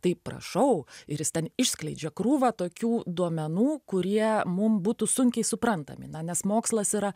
tai prašau ir jis ten išskleidžia krūvą tokių duomenų kurie mum būtų sunkiai suprantamina nes mokslas yra